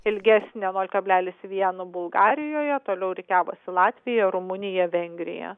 ilgesnio nol kablelis vienu bulgarijoje toliau rikiavosi latvija rumunija vengrija